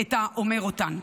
את האומר אותן.